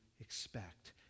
expect